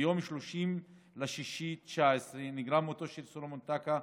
ביום 30 ביוני 2019 נגרם מותו של סלומון טקה,